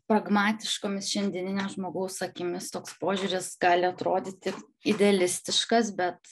pragmatiškomis šiandieninio žmogaus akimis toks požiūris gali atrodyti idealistiškas bet